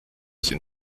sind